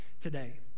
today